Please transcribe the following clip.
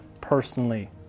personally